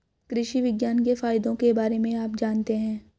कृषि विज्ञान के फायदों के बारे में आप जानते हैं?